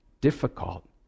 difficult